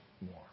more